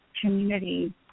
community